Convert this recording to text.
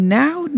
now